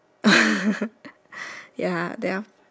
ya two two right